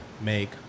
make